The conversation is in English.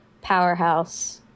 powerhouse